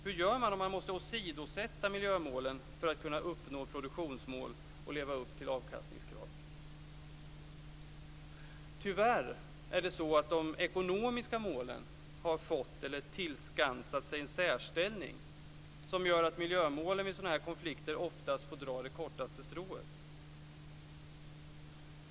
Hur gör man om man måste åsidosätta miljömålen för att kunna uppnå produktionsmål och leva upp till avkastningskrav? Tyvärr har de ekonomiska målen tillskansat sig en särställning som gör att miljömålen vid sådana här konflikter oftast får dra det kortaste strået.